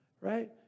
right